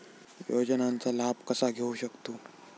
योजनांचा लाभ कसा घेऊ शकतू?